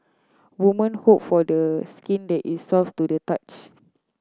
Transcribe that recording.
woman hope for the skin that is soft to the touch